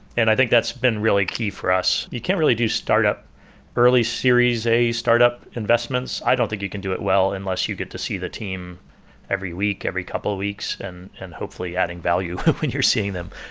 and i think that's been really key for us you can't really do startup early series a startup investments. i don't think you can do it well, unless you get to see the team every week, every couple of weeks and and hopefully adding value when you're seeing them.